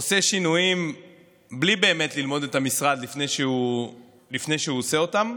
עושה שינויים בלי באמת ללמוד את המשרד לפני שהוא עושה אותם,